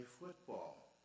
football